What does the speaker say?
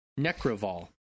Necroval